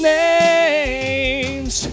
names